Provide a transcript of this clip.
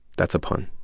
that's a pun